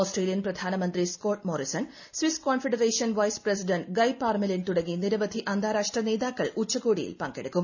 Australian പ്രധാനമന്ത്രി Scott Morrison Swiss Confederation vice president Guy Parmelin തുടങ്ങി നിരവധി അന്താരാഷ്ട്ര നേതാക്കൾ ഉച്ചുകോടിയിൽ പങ്കെടുക്കും